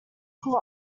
call